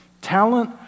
Talent